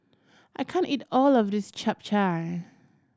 I can't eat all of this Chap Chai